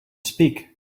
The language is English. speak